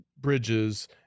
Bridges